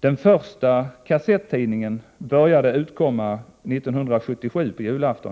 Den första kassettidningen började utkomma 1977, på julafton.